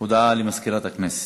הודעה למזכירת הכנסת.